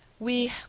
We